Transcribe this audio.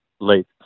late